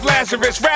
Lazarus